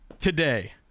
today